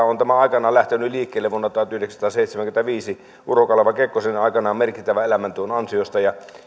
on tämä aikanaan lähtenyt liikkeelle vuonna tuhatyhdeksänsataaseitsemänkymmentäviisi urho kaleva kekkosen merkittävän elämäntyön ansiosta ja